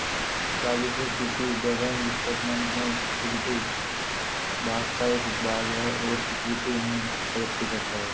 राजस्व किसी balance statement में इक्विटी भाग का एक उपभाग है और इक्विटी में वृद्धि करता है